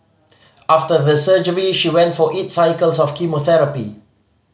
after the surgery she went for eight cycles of chemotherapy